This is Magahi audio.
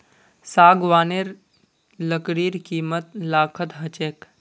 सागवानेर लकड़ीर कीमत लाखत ह छेक